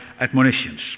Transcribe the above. admonitions